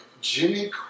Jimmy